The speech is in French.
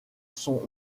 son